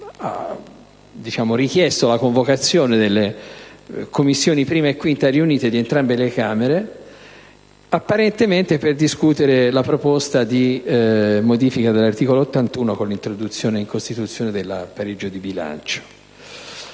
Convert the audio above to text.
ha richiesto la convocazione delle Commissioni 1a e 5a riunite di entrambe le Camere apparentemente per discutere la proposta di modifica dell'articolo 81 con l'introduzione in Costituzione del pareggio di bilancio.